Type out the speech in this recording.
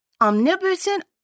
omnipotent